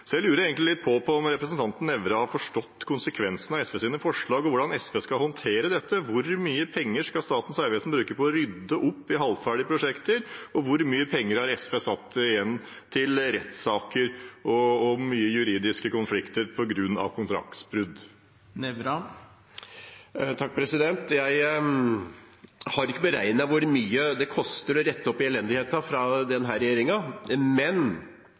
Jeg lurer litt på om representanten Nævra har forstått konsekvensen av SVs forslag og hvordan SVs skal håndtere dette. Hvor mye penger skal Statens vegvesen bruke på å rydde opp i halvferdige prosjekter, og hvor mye penger har SV satt av til rettssaker og juridiske konflikter på grunn av kontraktsbrudd? Jeg har ikke beregnet hvor mye det koster å rette opp i elendigheten fra denne regjeringen, men